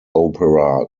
opera